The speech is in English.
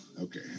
Okay